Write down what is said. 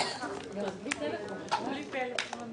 ולחצר האחורית